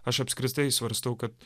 aš apskritai svarstau kad